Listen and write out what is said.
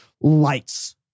Lights